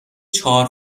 چهار